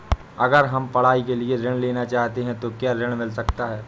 अगर हम पढ़ाई के लिए ऋण लेना चाहते हैं तो क्या ऋण मिल सकता है?